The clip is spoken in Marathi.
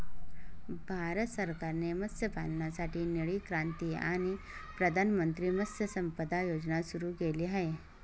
भारत सरकारने मत्स्यपालनासाठी निळी क्रांती आणि प्रधानमंत्री मत्स्य संपदा योजना सुरू केली आहे